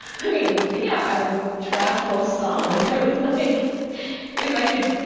i mean yeah i would trash whole songs. so it was like if i could.